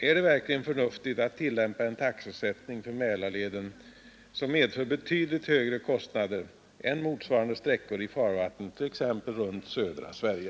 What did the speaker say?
Är det verkligen förnuftigt att tillämpa en taxesättning för Mälarleden som medför betydligt högre kostnader än för motsvarande sträckor i farvattnen t.ex. runt södra Sverige?